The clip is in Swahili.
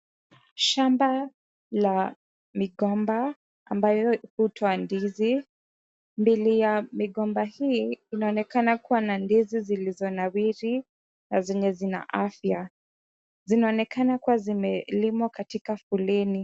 Shamba la migomba ambayo hutoa ndizi. Mbili ya migomba hii inaonekana kuwa na ndizi zilizonawiri na zenye zina afya. Zinaonekana kuwa zimelimwa katika foleni.